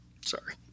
sorry